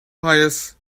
pious